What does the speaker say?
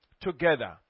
together